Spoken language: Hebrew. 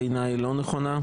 בעיניי היא לא נכונה.